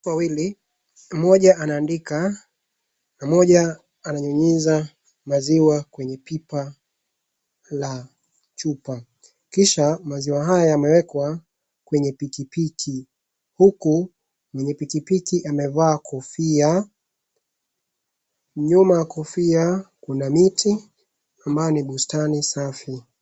Wawili moja anaandika na moja ananyunyiza maziwa kwenye pipa la chupa, kisha maziwa haya yamewekwa kwenye pikipiki. Huku mwenye pikipiki amevaa kofia, nyuma kofia kuna miti ambayo ni bustani safi